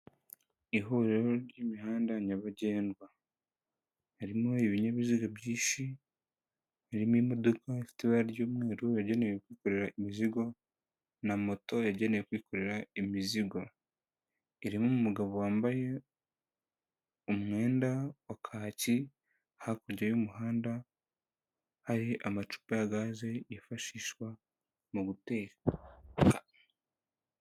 Ihuriro ry'imihanda nyabagendwa. Harimo ibinyabiziga byinshi, birimo imodoka ifite ibara ry'umweru yagenewe kwikorera imizigo na moto yagenewe kwikorera imizigo. Irimo umugabo wambaye umwenda wa kacyi, hakurya y'umuhanda hari amacupa ya gaze yifashishwa mu guteka.